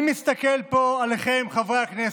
אני מסתכל פה עליכם, חברי הכנסת,